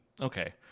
okay